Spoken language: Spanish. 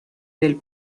del